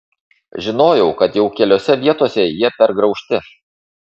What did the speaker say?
žinojau kad jau keliose vietose jie pergraužti